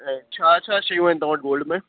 ऐं छा छा शयूं आहिनि तव्हां वटि गोल्ड में